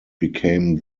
became